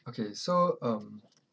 okay so um